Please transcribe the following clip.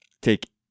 take